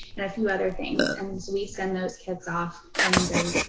and a few other things. and and so we send those kits off and the,